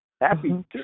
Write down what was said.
happy